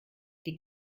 die